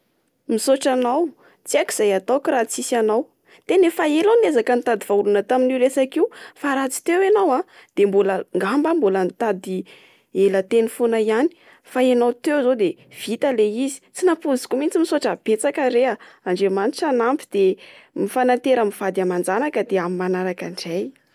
Misaotra anao, tsy haiko izay ataoko raha tsisy anao. Tena efa ela aho no niezaka nitady vahaolana tamin'io resaka io. Fa raha tsy teo enao a, dia mbola- angamba mbola nitady ela teny foana ihany. Fa enao teo izao de vita ilay izy. Tsy nampoiziko mihitsy, misaotra betsaka re a, Andriamanitra hanampy de mifanatera amin'ny vady aman-janaka, de amin'ny manaraka indray.